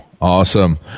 Awesome